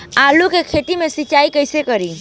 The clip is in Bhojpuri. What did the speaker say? आलू के खेत मे सिचाई कइसे करीं?